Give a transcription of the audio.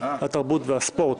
התרבות והספורט.